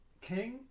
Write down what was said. King